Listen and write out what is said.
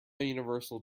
universal